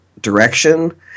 direction